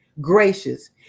gracious